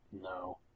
No